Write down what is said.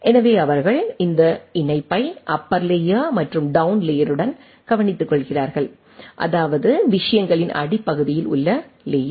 எனவே அவர்கள் அந்த இணைப்பை அப்பர் லேயர் மற்றும் டௌன் லேயருடன் கவனித்துக்கொள்கிறார்கள் அதாவது விஷயங்களின் அடிப்பகுதியில் உள்ள லேயர்